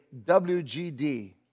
WGD